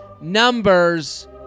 numbers